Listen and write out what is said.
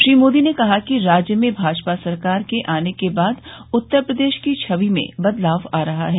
श्री मोदी ने कहा कि राज्य में भाजपा सरकार आने के बाद उत्तर प्रदेश की छवि में बदलाव आ रहा है